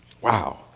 Wow